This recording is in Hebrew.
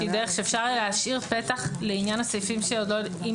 איזושהי דרך להשאיר פתח לעניין הסעיפים אם יעלו של